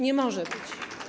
Nie może być.